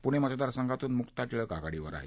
पुणे मतदारसंघातून मुक्ता टिळक आघाडीवर आहेत